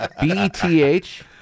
B-E-T-H